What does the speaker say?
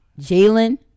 Jalen